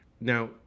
Now